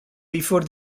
before